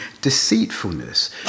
deceitfulness